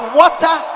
water